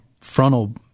frontal